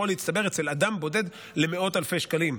להצטבר אצל אדם בודד למאות אלפי שקלים,